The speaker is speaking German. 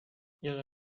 ihre